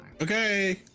Okay